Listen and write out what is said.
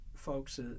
folks